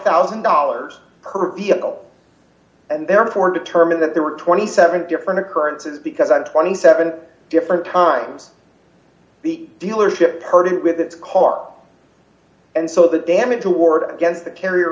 thousand dollars per vehicle and therefore determined that there were twenty seven different occurrences because i'm twenty seven different times the dealership parted with the car and so the damage award against the carrier